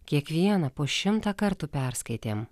kiekvieną po šimtą kartų perskaitėm